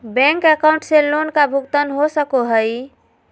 Bank account से loan का भुगतान हो सको हई?